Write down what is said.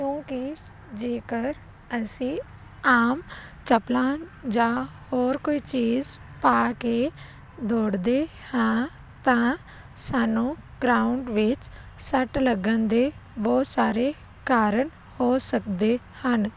ਕਿਉਂਕਿ ਜੇਕਰ ਅਸੀਂ ਆਮ ਚੱਪਲਾਂ ਜਾਂ ਹੋਰ ਕੋਈ ਚੀਜ਼ ਪਾ ਕੇ ਦੌੜਦੇ ਹਾਂ ਤਾਂ ਸਾਨੂੰ ਗਰਾਊਂਡ ਵਿੱਚ ਸੱਟ ਲੱਗਣ ਦੇ ਬਹੁਤ ਸਾਰੇ ਕਾਰਨ ਹੋ ਸਕਦੇ ਹਨ